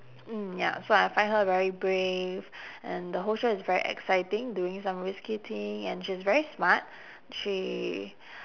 mm ya so I find her very brave and the whole show is very exciting doing some risky thing and she is very smart she